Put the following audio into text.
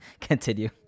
Continue